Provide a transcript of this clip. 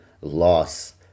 loss